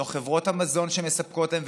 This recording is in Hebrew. לא חברות המזון שמספקות להן,